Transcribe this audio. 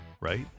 right